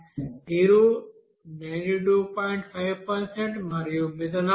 5 మరియు మిథనాల్ 2